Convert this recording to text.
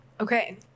Okay